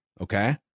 Okay